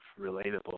relatable